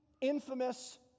infamous